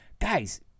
guys